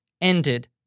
ended